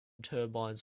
turbines